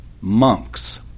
monks